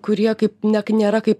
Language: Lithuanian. kurie kaip ne nėra kaip